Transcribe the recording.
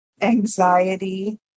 anxiety